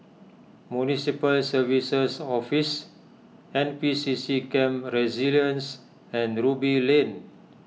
Municipal Services Office N P C C Camp Resilience and Ruby Lane